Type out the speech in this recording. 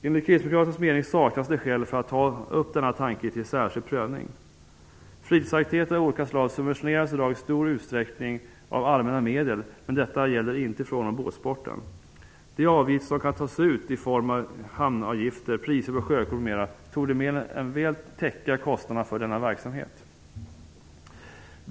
Enligt kristdemokraternas mening saknas det skäl för att ta upp denna tanke till särskild prövning. Fritidsaktiviteter av olika slag subventioneras i dag i stor utsträckning av allmänna medel, men detta gäller inte i fråga om båtsporten. De avgifter som kan tas ut i form av hamnavgifter, priser på sjökort m.m. torde mer än väl täcka kostnaderna för denna verksamhet.